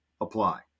apply